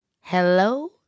Hello